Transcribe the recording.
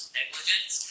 negligence